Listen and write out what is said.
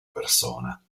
persona